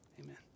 amen